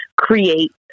create